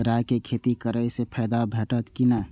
राय के खेती करे स फायदा भेटत की नै?